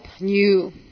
new